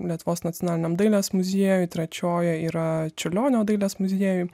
lietuvos nacionaliniam dailės muziejui trečioji yra čiurlionio dailės muziejuj